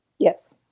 Yes